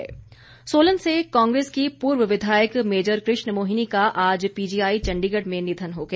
निधन सोलन से कांग्रेस की पूर्व विधायक मेजर कृष्ण मोहिनी का आज पीजीआई चंडीगढ़ में निधन हो गया